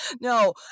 No